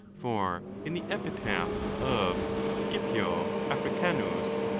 for in the epitaph of scipio africanus,